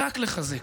רק לחזק.